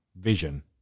vision